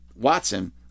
Watson